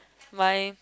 my